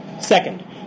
Second